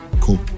cool